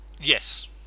Yes